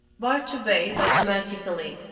bart obeyed, automatically.